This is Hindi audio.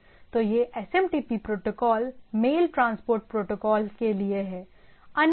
तो यह SMTP protocol mail transport protocol के लिए है